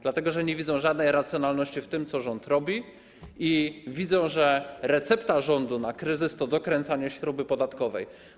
Dlatego że nie widzą żadnej racjonalności w tym, co rząd robi, i widzą, że recepta rządu na kryzys to dokręcanie śruby podatkowej.